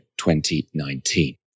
2019